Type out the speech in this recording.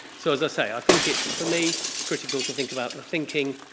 so as i say i think it's for me critical to think about the thinking,